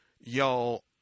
y'all